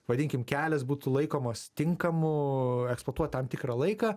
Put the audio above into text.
vadinkim kelias būtų laikomas tinkamu eksplotuot tam tikrą laiką